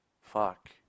fuck